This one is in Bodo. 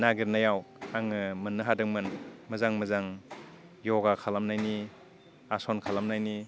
नागिरनायाव आङो मोननो हादोंमोन मोजां मोजां यगा खालामनायनि आसन खालामनायनि